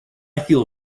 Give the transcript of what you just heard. feel